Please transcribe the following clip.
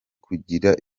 kugira